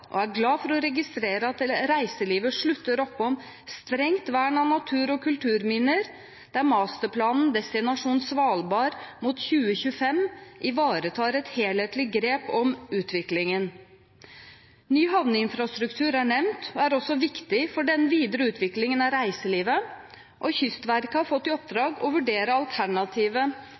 og er glad for å registrere at reiselivet slutter opp om strengt vern av natur og kulturminner, der «Masterplanen Svalbard mot 2025» ivaretar et helhetlig grep om utviklingen. Ny havneinfrastruktur er nevnt og er også viktig for den videre utviklingen av reiselivet, og Kystverket har fått i oppdrag å vurdere